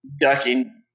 ducking